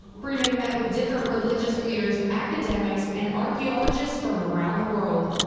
freeman met with different religious leaders, academics, and archeologists from around the world.